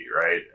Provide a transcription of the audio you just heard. right